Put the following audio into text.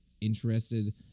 interested